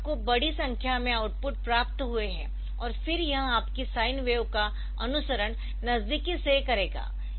तो आपको बड़ी संख्या में आउटपुट प्राप्त हुए है और फिर यह आपकी साइन वेव का अनुसरण नजदिकी से करेगा